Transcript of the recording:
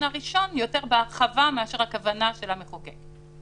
הראשון יותר בהרחבה מאשר הכוונה של המחוקק,